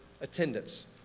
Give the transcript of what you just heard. attendance